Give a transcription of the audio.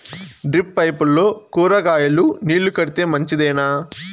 Drip పైపుల్లో కూరగాయలు నీళ్లు కడితే మంచిదేనా?